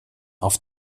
auf